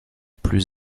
plus